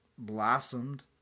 blossomed